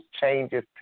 changes